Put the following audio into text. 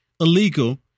illegal